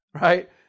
right